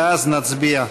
ואז נצביע.